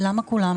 למה כולם?